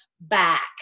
back